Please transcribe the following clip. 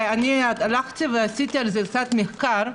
אני עשיתי על זה קצת מחקר.